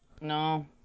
No